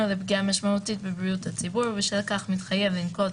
ולפגיעה משמעותית בבריאות הציבור ובשל כך מתחייב לנקוט